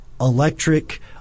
electric